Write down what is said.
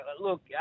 look